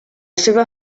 seva